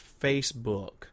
Facebook